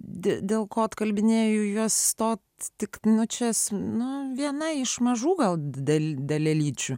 dėl ko atkalbinėju juos to atsitiktinio česnako viena iš mažų gal dėl dalelyčių